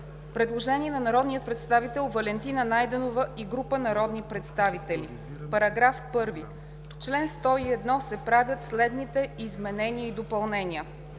Предложение на народния представител Валентина Найденова и група народни представители: „§ 1. В Чл. 101 се правят следните изменения и допълнения: